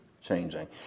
changing